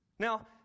Now